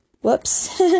Whoops